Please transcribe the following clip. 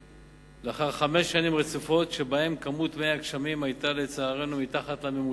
לאחר חמש שנים רצופות שבהן כמות מי הגשמים היתה לצערנו מתחת לממוצע.